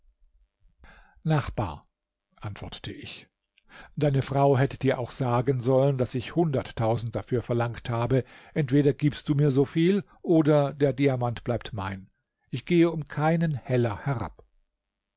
nachbar antwortete ich deine frau hätte dir auch sagen sollen daß ich hunderttausend dafür verlangt habe entweder gibst du mir so viel oder der diamant bleibt mein ich gehe um keinen heller herab